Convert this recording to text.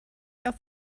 auf